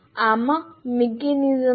આમાં મિકેનિઝમ્સ છે